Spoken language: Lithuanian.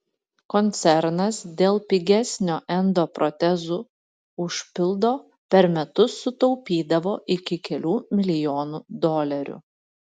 koncernas dėl pigesnio endoprotezų užpildo per metus sutaupydavo iki kelių milijonų dolerių